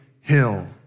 hill